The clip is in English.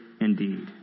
indeed